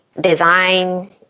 design